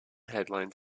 headline